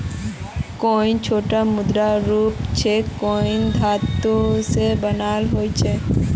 coin छोटो मुद्रार रूप छेक कॉइन धातु स बनाल ह छेक